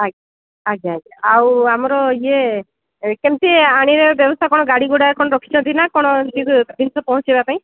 ଆଜ୍ଞା ଆଜ୍ଞା ଆଜ୍ଞା ଆଉ ଆମର ଇଏ କେମତି ଆଣିବାର ବ୍ୟବସ୍ଥା କ'ଣ ଗାଡ଼ିଘୋଡ଼ା କ'ଣ ରଖିଛନ୍ତି ନା କ'ଣ ଏମତି ଜିନିଷ ପହଞ୍ଚାଇବା ପାଇଁ